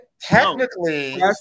Technically